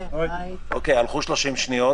אוקיי, הלכו 30 שניות.